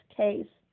case